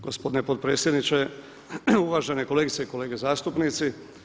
Gospodine potpredsjedniče, uvažene kolegice i kolege zastupnici.